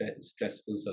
stressful